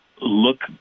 look